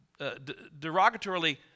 derogatorily